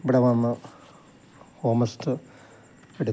ഇവിടെ വന്ന് എടുത്ത്